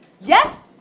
yes